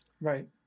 right